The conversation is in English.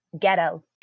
ghetto